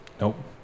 nope